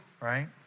right